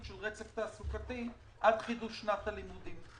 של רצף תעסוקתי עד חידוש שנת הלימודים.